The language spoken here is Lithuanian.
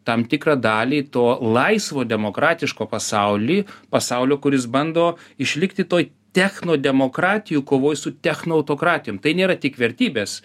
tam tikrą dalį to laisvo demokratiško pasaulį pasaulio kuris bando išlikti toj techno demokratijų kovoj su techno autokratijom tai nėra tik vertybės